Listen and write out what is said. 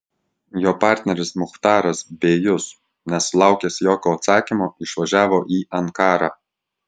jo partneris muchtaras bėjus nesulaukęs jokio atsakymo išvažiavo į ankarą